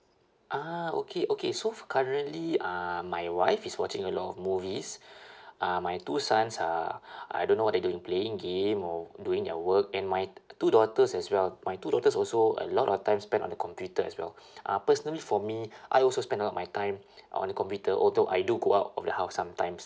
ah okay okay so f~ currently uh my wife is watching a lot of movies uh my two sons are I don't know what they doing playing game or doing their work and my two daughters as well my two daughters also a lot of time spent on the computer as well uh personally for me I also spend a lot of my time on the computer although I do go out of the house sometimes